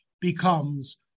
becomes